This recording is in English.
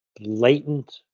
blatant